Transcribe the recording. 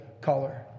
color